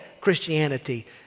Christianity